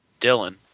Dylan